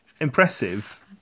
impressive